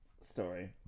story